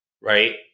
right